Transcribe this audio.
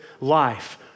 life